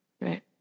Right